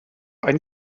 ein